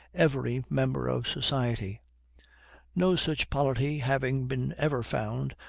every member of society no such polity having been ever found,